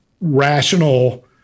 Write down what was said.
rational